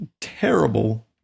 terrible